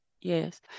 yes